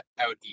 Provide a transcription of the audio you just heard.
out